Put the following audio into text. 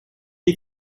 est